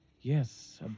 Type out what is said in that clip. Yes